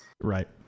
Right